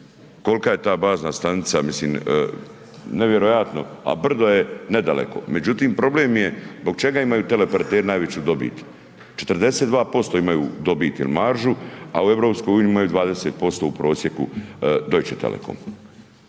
kolka je ta bazna stanica, mislim nevjerojatno, a brdo je nedaleko. Međutim, problem je zbog čega imaju teleoperateri najveću dobit, 42% imaju dobit il maržu, a u EU imaju 20% u prosjeku Deutsche telekom.